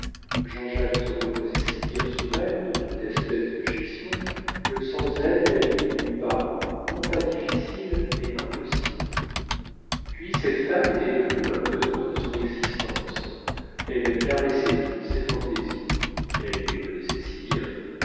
jean-jacques se reposait si bien sur elle de toute espèce de gestion que sans elle la vie lui eût paru non pas difficile mais impossible puis cette femme était devenue un besoin de son existence elle caressait toutes ses fantaisies elle les connaissait si bien